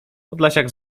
podlasiak